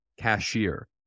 cashier